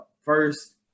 first